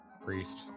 Priest